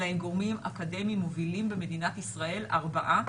אלא עם גורמים אקדמיים מובילים במדינת ישראל ארבעה